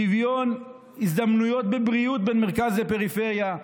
שוויון הזדמנויות בבריאות בין מרכז לפריפריה.